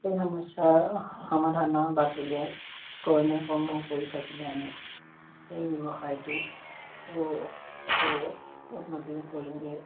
সেই সমস্যাৰ সমাধানৰ বাট উলিয়াই কৰণীয় কামবোৰ কৰি থাকিলে আমি সেই ব্যৱসায়টো উন্নতি কৰিবলৈ